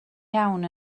iawn